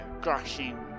crashing